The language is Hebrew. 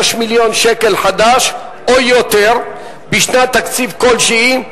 מיליון שקל חדש או יותר בשנת תקציב כלשהי,